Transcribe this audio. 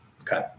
okay